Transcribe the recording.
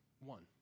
one